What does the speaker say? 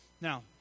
Now